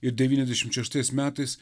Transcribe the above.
ir devyniasdešimt šeštais metais